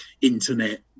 internet